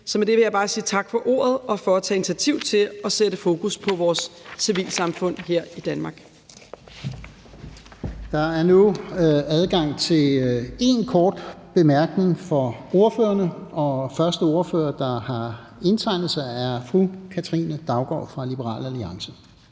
Så med det vil jeg bare sige tak for ordet og for at tage initiativ til at sætte fokus på vores civilsamfund her i Danmark. Kl. 13:46 Fjerde næstformand (Lars-Christian Brask): Der er nu adgang til én kort bemærkning for ordførerne, og første ordfører, der har indtegnet sig, er fru Katrine Daugaard fra Liberal Alliance.